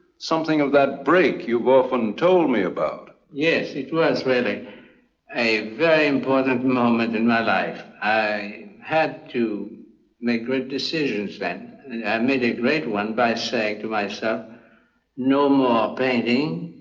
something of that break you've often told me about. yes, it was, really a a very important moment in my life. i had to make great decisions then and i made a great one by saying to myself no more painting,